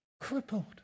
Crippled